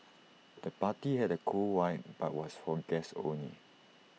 the party had A cool vibe but was for guests only